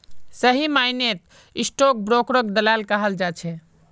सही मायनेत स्टाक ब्रोकरक दलाल कहाल जा छे